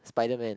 spiderman